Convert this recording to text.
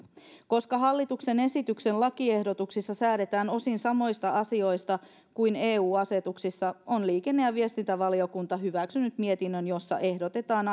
koska hallituksen esityksen lakiehdotuksissa säädetään osin samoista asioista kuin eu asetuksissa on liikenne ja viestintävaliokunta hyväksynyt mietinnön jossa ehdotetaan